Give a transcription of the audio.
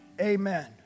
Amen